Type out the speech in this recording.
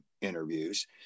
interviews